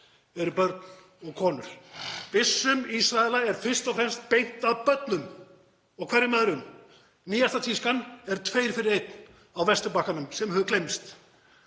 eru börn og konur. Byssum Ísraela er fyrst og fremst beint að börnum. Og hverjum öðrum? Nýjasta tískan er tveir fyrir einn á Vesturbakkanum, sem hefur gleymst.